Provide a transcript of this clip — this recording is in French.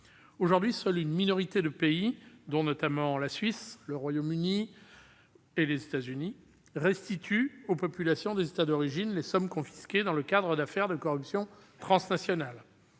Aujourd'hui, seule une minorité de pays, dont la Suisse, le Royaume-Uni et les États-Unis, restitue aux populations des États d'origine les sommes confisquées dans le cadre d'affaires de corruption transnationale.